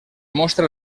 mostra